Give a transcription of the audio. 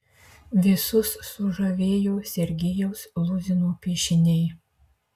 visus sužavėjo sergejaus luzino piešiniai